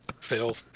Phil